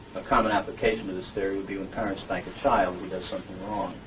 a common application of this theory would be when parents spank a child who does something wrong.